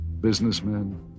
businessmen